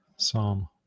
Psalm